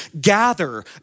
gather